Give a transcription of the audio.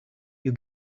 you